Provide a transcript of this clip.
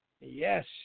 Yes